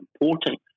important